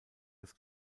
das